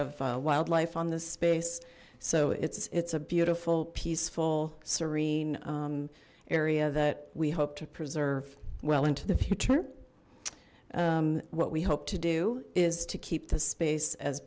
of wildlife on this space so it's it's a beautiful peaceful serene area that we hope to preserve well into the future what we hope to do is to keep the space as